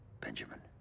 Benjamin